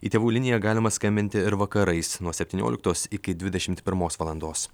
į tėvų liniją galima skambinti ir vakarais nuo septyniolikos iki dvidešimt pirmos valandos